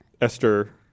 Esther